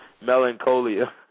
melancholia